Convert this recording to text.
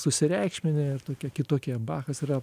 susireikšminę ir tokie kitokie bachas yra